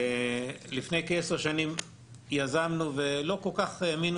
לפני כ-10 שנים יזמנו ולא כל כך האמינו